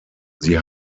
sie